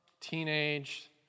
teenage